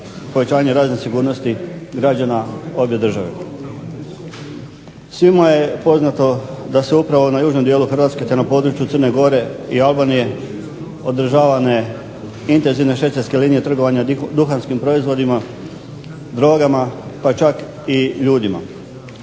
povećanje razine sigurnosti građana obje države. Svima je poznato da su upravo na južnom dijelu Hrvatske te na području Crne Gore i Albanije održavane intenzivne švercerske linije trgovanja duhanskim proizvodima, drogama pa čak i ljudima.